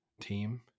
team